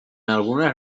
algunes